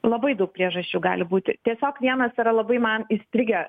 labai daug priežasčių gali būti tiesiog vienas yra labai man įstrigę